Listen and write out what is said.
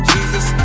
Jesus